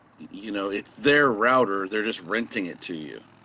you know, it's their router. they're just renting it to you.